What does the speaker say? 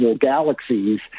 galaxies